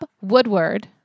Woodward